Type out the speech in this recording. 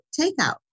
takeout